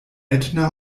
ätna